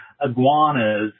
iguanas